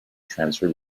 transfer